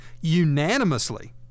unanimously